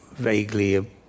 vaguely